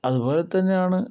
അതുപോലെ തന്നെയാണ്